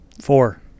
Four